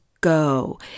go